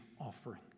offering